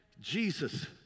Jesus